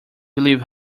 believe